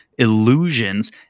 illusions